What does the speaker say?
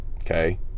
Okay